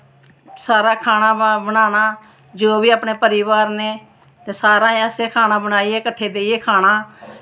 सारा खाना बनाना जो बी अपने परोआर ने ते सारा असें खाना बनाइयै कट्ठे बेहियै खाना